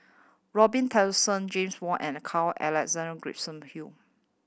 Robin Tessensohn James Wong and Carl Alexander Gibson Hill